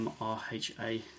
MRHA